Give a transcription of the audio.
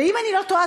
ואם אני לא טועה,